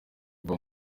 iva